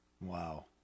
Wow